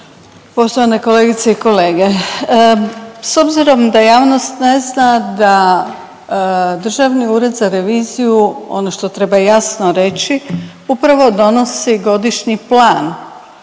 Poštovane kolegice i kolege, s obzirom da javnost ne zna da Državni ured za reviziju ono što treba jasno reći, upravo donosi godišnji plan